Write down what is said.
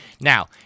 Now